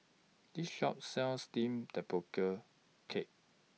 This Shop sells Steamed Tapioca Cake